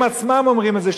הם עצמם אומרים את זה,